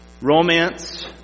romance